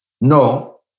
No